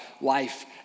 life